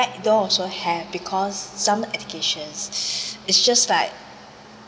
backdoor also have because some educations it's just like